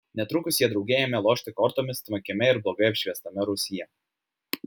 netrukus jie drauge ėmė lošti kortomis tvankiame ir blogai apšviestame rūsyje